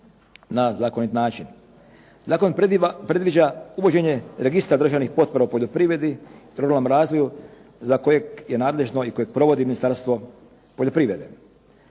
na zakonit način. Zakon predviđa uvođenje registra državnih potpora u poljoprivredi, za kojeg je nadležno i koje provodi Ministarstvo poljoprivrede.